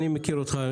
אני מכיר אותך,